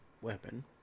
weapon